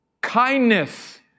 Kindness